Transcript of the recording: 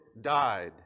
died